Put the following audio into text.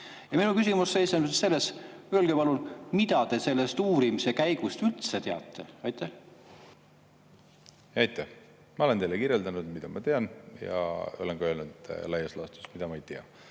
Ja minu küsimus seisneb selles: öelge palun, mida te sellest uurimise käigust üldse teate. Aitäh! Ma olen teile kirjeldanud, mida ma tean. Olen ka laias laastus öelnud, mida ma ei tea